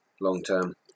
long-term